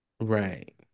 Right